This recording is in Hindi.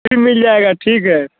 जी मिल जाएगा ठीक है